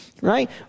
Right